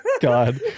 God